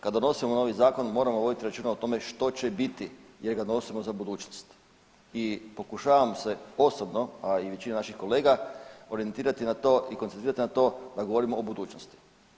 Kad donosimo novi zakon, moramo voditi računa o tome što će biti jer ga donosimo za budućnost i pokušavam se osobno, a i većina naših kolega orijentirati na to i koncentrirati na to da govorimo o budućnosti.